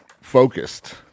focused